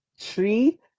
tree